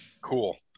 Cool